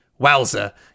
wowza